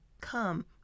Come